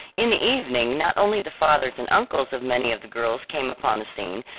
in the evening not only the fathers and uncles of many of the girls came upon the scene,